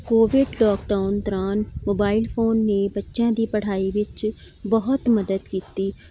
Covid lockdown ਦੌਰਾਨ mobile phone ਨੇ ਬੱਚਿਆਂ ਦੀ ਪੜ੍ਹਾਈ ਵਿੱਚ ਬਹੁਤ ਮਦਦ ਕੀਤੀ